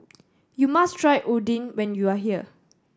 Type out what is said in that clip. you must try Oden when you are here